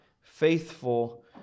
faithful